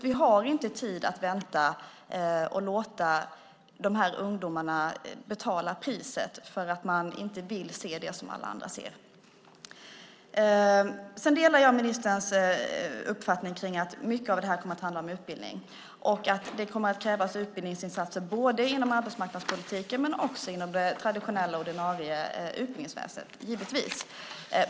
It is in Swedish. Vi har inte tid att vänta och låta dessa ungdomar betala priset för att man inte vill se det som alla andra ser. Jag delar ministerns uppfattning att mycket av detta kommer att handla om utbildning. Det kommer att krävas utbildningsinsatser både genom arbetsmarknadspolitiken och givetvis genom det traditionella ordinarie utbildningsväsendet.